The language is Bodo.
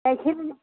गाइखेर